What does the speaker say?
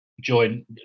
join